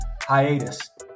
hiatus